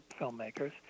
filmmakers